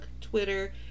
Twitter